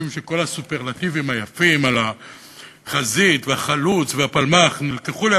משום שכל הסופרלטיבים היפים על החזית והחלוץ והפלמ"ח נלקחו לי,